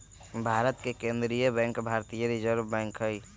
भारत के केंद्रीय बैंक भारतीय रिजर्व बैंक हइ